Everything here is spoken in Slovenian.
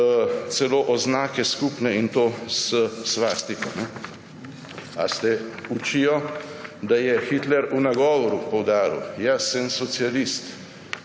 celo skupne oznake, in to s svastiko. Ali se učijo, da je Hitler v nagovoru poudaril, »jaz sem socialist,